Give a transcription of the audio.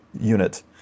unit